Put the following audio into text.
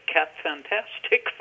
Cat-Fantastic